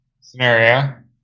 scenario